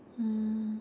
mm